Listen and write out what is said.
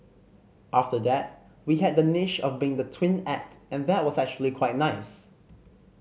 after that we had that niche of being the twin act and that was actually quite nice